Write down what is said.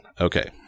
Okay